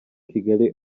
kigali